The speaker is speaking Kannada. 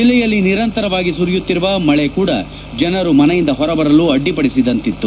ಜಿಲ್ಲೆಯಲ್ಲಿ ನಿರಂತರವಾಗಿ ಸುರಿಯುತ್ತಿರುವ ಮಳೆ ಕೂಡ ಜನರು ಮನೆಯಿಂದ ಹೊರ ಬರಲು ಅಡ್ಡಿಪಡಿಸಿದಂತಿತ್ತು